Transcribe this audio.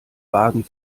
vagen